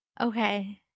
Okay